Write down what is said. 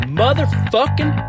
motherfucking